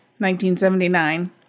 1979